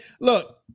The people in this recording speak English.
look